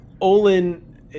Olin